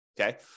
Okay